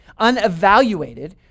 unevaluated